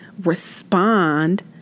respond